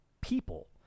people